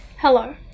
Hello